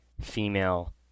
female